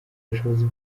bushobozi